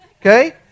okay